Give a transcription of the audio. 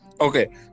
Okay